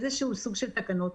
איזשהו סוג של תקנות.